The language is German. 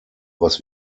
was